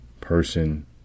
person